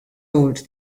old